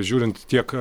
žiūrint tiek